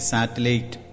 Satellite